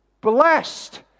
blessed